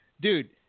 Dude